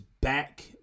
back